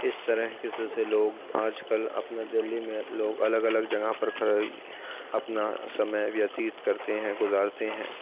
اس طرح کے لوگ جو آج کل اپنا دلّی میں لوگ الگ الگ جگہ پر اپنا سمے ویتیت کرتے ہیں گزارتے ہیں